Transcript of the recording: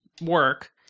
work